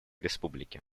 республики